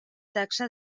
taxa